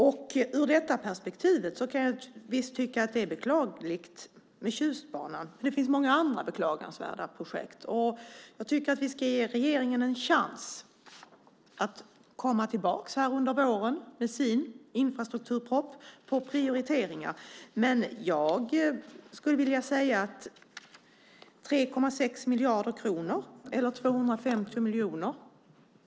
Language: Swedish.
I detta perspektiv kan jag visst tycka att det är beklagligt med Tjustbanan. Men det finns många andra beklagansvärda projekt, och jag tycker att vi ska ge regeringen en chans att komma tillbaka här under våren med sin infrastrukturproposition med prioriteringar. Jag skulle vilja säga att det är rätt stor skillnad mellan 3,6 miljarder kronor och 250 miljoner.